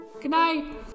Goodnight